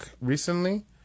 recently